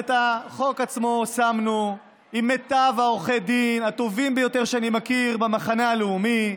את החוק עצמו שמנו עם מיטב עורכי הדין שאני מכיר במחנה הלאומי,